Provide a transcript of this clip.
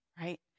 right